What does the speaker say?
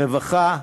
רווחה,